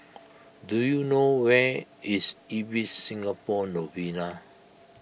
do you know where is Ibis Singapore Novena